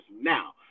now